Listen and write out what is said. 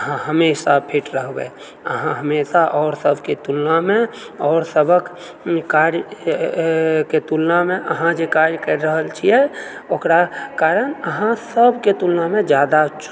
अहाँ हमेशा फिट रहबै अहाँ हमेशा आओर सभकेँ तुलनामे आओर सभके कार्य के तुलनामे अहाँ जे कार्य करि रहल छिऐ ओकरा कारण अहाँ सभकेँ तुलनामे अहाँ जादा चुस्त